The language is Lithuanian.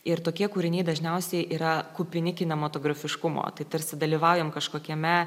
ir tokie kūriniai dažniausiai yra kupini kinematografiškumo tai tarsi dalyvaujam kažkokiame